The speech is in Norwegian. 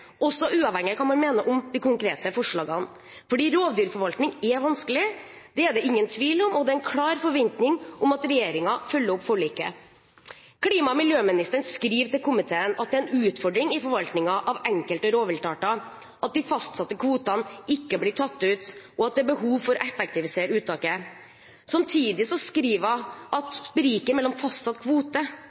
uavhengig av hva man mener om de konkrete forslagene. Rovdyrforvaltning er vanskelig – det er det ingen tvil om – og det er en klar forventning om at regjeringen følger opp forliket. Klima- og miljøministeren skriver til komiteen at det er en utfordring i forvaltningen av enkelte rovviltarter at de fastsatte kvotene ikke blir tatt ut, og at det er behov for å effektivisere uttaket. Samtidig skriver hun at spriket mellom fastsatt kvote